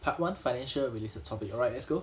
part one financial related topic alright let's go